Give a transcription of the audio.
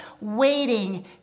Waiting